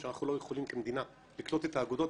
שאנחנו לא יכולים כמדינה לקלוט את האגודות,